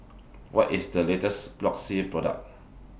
What IS The latest Floxia Product